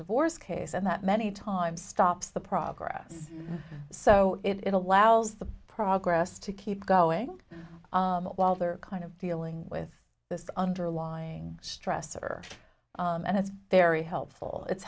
divorce case and that many times stops the progress so it allows the progress to keep going well they're kind of dealing with this underlying stressor and it's very helpful it's